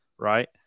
right